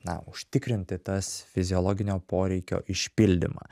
na užtikrinti tas fiziologinio poreikio išpildymą